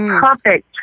perfect